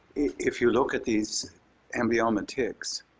if you look at these amblyomma ticks